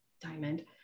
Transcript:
Diamond